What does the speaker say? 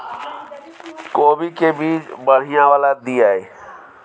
कोबी के बीज बढ़ीया वाला दिय?